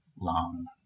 long